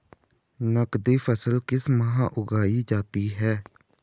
नकदी फसल किस माह उगाई जाती है?